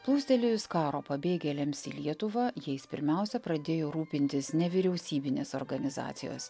plūstelėjus karo pabėgėliams į lietuvą jais pirmiausia pradėjo rūpintis nevyriausybinės organizacijos